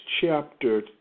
chapter